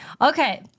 Okay